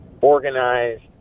organized